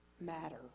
matter